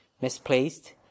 misplaced